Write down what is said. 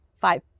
five